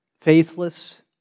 faithless